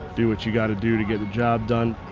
do what you gotta do to get the job done.